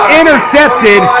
intercepted